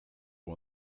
one